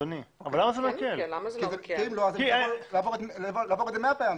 אחרת צריך לעבור את זה 100 פעמים.